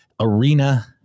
arena